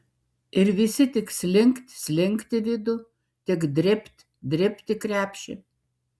ir visi tik slink slinkt į vidų tik dribt dribt į krepšį